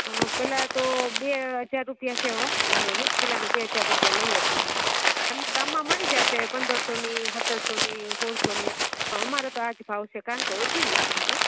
પહેલાં તો બે હજાર રુપિયા છે હોં મણે વીસ કિલોના બે હજાર રૂપિયા લઈએ છીએ તમને ગામમાં મળી જશે પંદરસોની સત્તરસોની સોળસોની અમારો તો આ જ ભાવ છે કારણ કે ઓર્ગેનિક છે